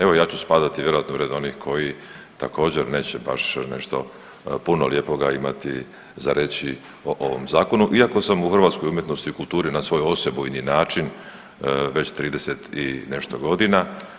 Evo ja ću spadati vjerojatno u red onih koji također neće baš nešto puno lijepoga imati za reći o ovom zakonu, iako sam u hrvatskoj umjetnosti u kulturi na svoj osebujni način već 30 i nešto godina.